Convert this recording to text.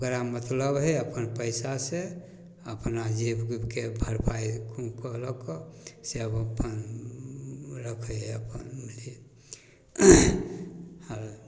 ओकरा मतलब हइ अपन पइसा से अपना जेब उबके भरपाइ खूब कऽ लऽ कऽ से आब अपन रखै हइ अपन बुझलिए हाँ